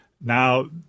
now